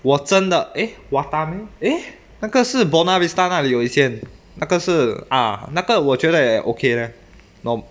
我真的 eh watame eh 那个是 buona vista 那里有一间那个是啊那个我觉得也 okay leh norm~